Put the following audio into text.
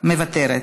מוותרת,